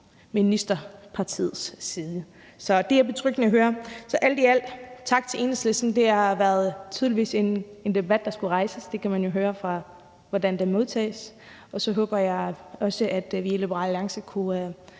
ministerpartiets side. Så det er betryggende at høre. Alt i alt tak til Enhedslisten. Det har tydeligvis været en debat, der skulle rejses. Det kan man jo høre på den måde, det modtages på. Så håber jeg også, at vi i Liberal Alliance kunne